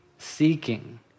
Seeking